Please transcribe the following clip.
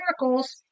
Miracles